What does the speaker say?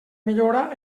millora